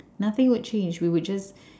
nothing would change we would just